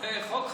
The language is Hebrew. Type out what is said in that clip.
זה חוק חשוב.